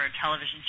television